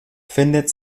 findet